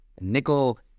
nickel